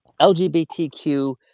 LGBTQ